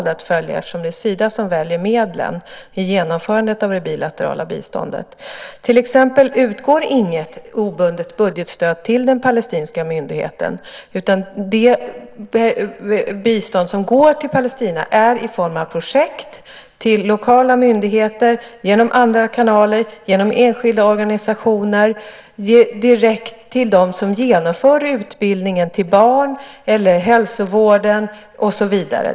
Det är Sida som väljer medlen vid genomförandet av det bilaterala biståndet. Till exempel utgår inget obundet budgetstöd till den palestinska myndigheten. Det bistånd som går till Palestina är i form av projekt till lokala myndigheter genom andra kanaler, genom enskilda organisationer direkt till dem som genomför utbildningen, till barn eller till hälsovården och så vidare.